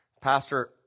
Pastor